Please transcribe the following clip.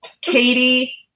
katie